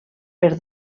per